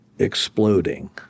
exploding